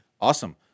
awesome